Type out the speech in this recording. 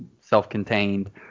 self-contained